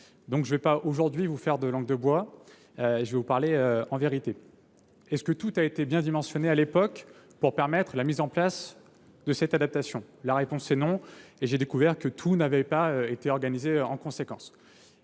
Je ne vais donc pas faire de langue de bois, je vais vous parler en vérité. Est ce que tout a été bien dimensionné à l’époque pour permettre la mise en place de cette adaptation ? La réponse est non ; j’ai découvert que tout n’avait pas été organisé en conséquence.